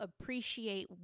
appreciate